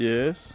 Yes